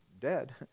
dead